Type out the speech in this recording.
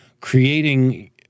creating